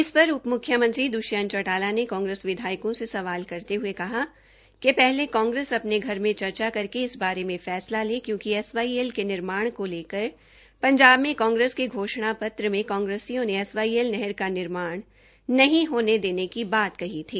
इस पर उप मुख्यमंत्री द्ष्यंत चौटला ने कांग्रेस विधायकों से सवाल करते हये कहा कि पहले कांग्रेस अपने घर में चर्चा करके इस बारे में फैसला ले क्योकि एसवाईएल के निर्माण को लेकर पंजाब के कांग्रेस के घोषणा पत्र में कांग्रेसियों ने एसवाईएल नहर का निर्माण नहीं होने देने की बात की थी